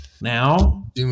now